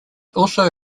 also